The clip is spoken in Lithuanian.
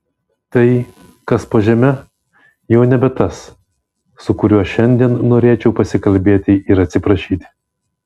tai kas po žeme jau nebe tas su kuriuo šiandien norėčiau pasikalbėti ir atsiprašyti